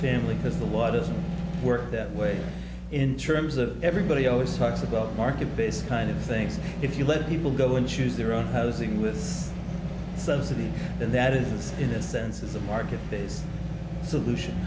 family because the law doesn't work that way in terms of everybody always talks about market based kind of things if you let people go and choose their own housing with subsidy and that is in a sense is a market based solution